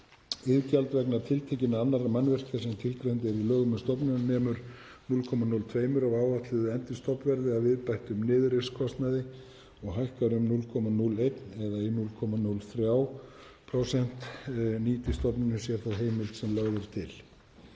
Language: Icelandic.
Iðgjald vegna tiltekinna annarra mannvirkja sem tilgreind eru í lögum um stofnunina nemur 0,02% af áætluðu endurstofnvirði að viðbættum niðurrifskostnaði og hækkar um 0,01% eða í 0,03% nýti stofnunin sér þá heimild sem lögð er til.